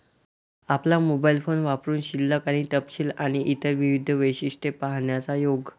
आपला mobile phone वापरुन शिल्लक आणि तपशील आणि इतर विविध वैशिष्ट्ये पाहण्याचा योग